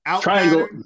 triangle